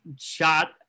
shot